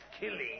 killing